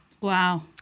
Wow